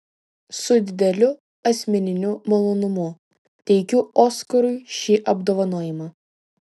su dideliu asmeniniu malonumu teikiu oskarui šį apdovanojimą